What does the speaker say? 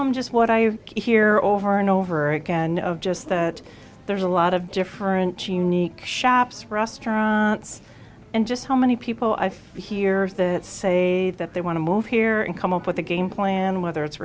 them just what i hear over and over again of just that there's a lot of different genie shops restaurants and just how many people i see here that say that they want to move here and come up with a game plan whether it's